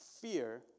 fear